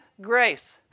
grace